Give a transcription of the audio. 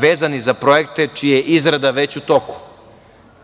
vezane za projekte čija je izrada već u toku.